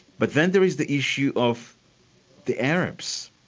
but then there is the issue of the arabs.